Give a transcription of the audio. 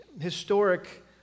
historic